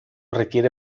requiere